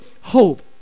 hope